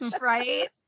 right